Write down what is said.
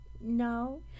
No